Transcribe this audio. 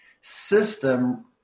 system